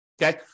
Okay